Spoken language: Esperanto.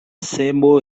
semo